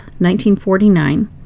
1949